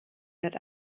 wird